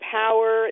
power